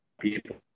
people